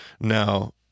Now